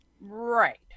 Right